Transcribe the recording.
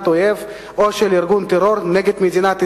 אויב או של ארגון טרור נגד מדינת ישראל,